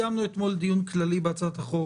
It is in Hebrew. אתמול קיימנו דיון כללי על הצעת החוק